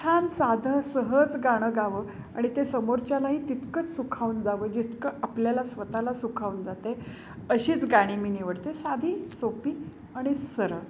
छान साधं सहज गाणं गावं आणि ते समोरच्यालाही तितकंच सुखावून जावं जितकं आपल्याला स्वतःला सुखावून जात आहे अशीच गाणी मी निवडते साधी सोपी आणि सरळ